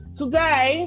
today